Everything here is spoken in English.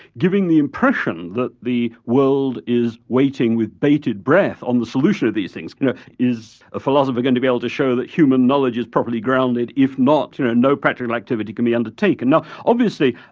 giving the impression that the world is waiting with baited breath on the solution of these things you know is a philosopher going to be able to show that human knowledge is properly grounded, if not you know no practical activity can be undertaken. now obviously,